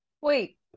Wait